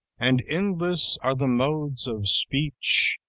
and endless are the modes of speech,